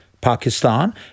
Pakistan